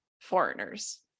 foreigners